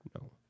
No